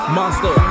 Monster